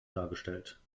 dargestellt